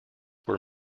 were